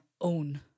own